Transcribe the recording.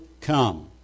come